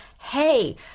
hey